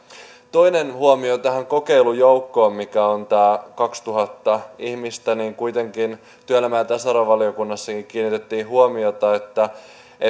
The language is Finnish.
toinen huomio tähän kokeilujoukkoon mikä on tämä kaksituhatta ihmistä kuitenkin työelämä ja tasa arvovaliokunnassakin kiinnitettiin huomiota siihen että tämä